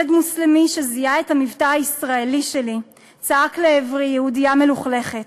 ילד מוסלמי שזיהה את המבטא הישראלי שלי צעק לעברי: "יהודייה מלוכלכת".